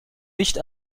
nicht